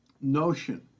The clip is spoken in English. notion